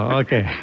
okay